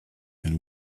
and